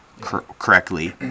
correctly